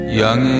young